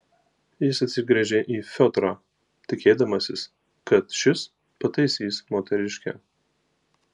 jis atsigręžė į fiodorą tikėdamasis kad šis pataisys moteriškę